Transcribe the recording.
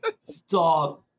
Stop